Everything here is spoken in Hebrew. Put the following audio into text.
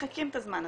מחכים את הזמן הזה,